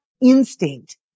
instinct